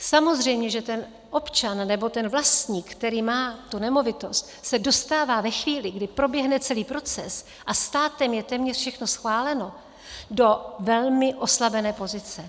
Samozřejmě že ten občan nebo vlastník, který má tu nemovitost, se dostává ve chvíli, kdy proběhne celý proces a státem je téměř všechno schváleno, do velmi oslabené pozice.